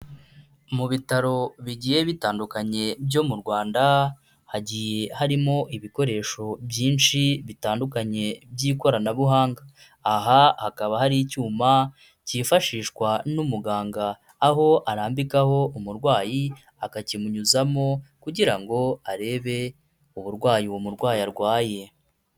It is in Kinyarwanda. Mu bitaro bigiye bitandukanye byo mu Rwanda, hagiye harimo ibikoresho byinshi bitandukanye by'ikoranabuhanga. Aha hakaba hari icyuma cyifashishwa n'umuganga, aho arambikaho umurwayi akakimunyuzamo, kugira ngo arebe uburwayi uwo murwayi arwaye.